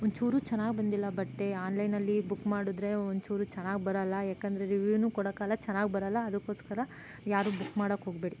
ಒಂಚೂರು ಚೆನ್ನಾಗಿ ಬಂದಿಲ್ಲ ಬಟ್ಟೆ ಆನ್ಲೈನಲ್ಲಿ ಬುಕ್ ಮಾಡಿದ್ರೆ ಒಂಚೂರು ಚೆನ್ನಾಗಿ ಬರೋಲ್ಲ ಯಾಕಂದರೆ ರಿವ್ಯೂವನ್ನೂ ಕೊಡೋಕಾಲ್ಲ ಚೆನ್ನಾಗಿ ಬರೋಲ್ಲ ಅದಕ್ಕೋಸ್ಕರ ಯಾರೂ ಬುಕ್ ಮಾಡೋಕೆ ಹೋಗಬೇಡಿ